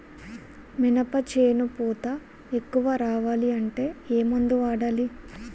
మినప చేను పూత ఎక్కువ రావాలి అంటే ఏమందు వాడాలి?